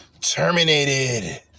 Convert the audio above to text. terminated